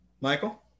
Michael